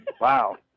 Wow